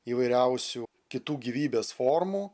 įvairiausių kitų gyvybės formų